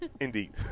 indeed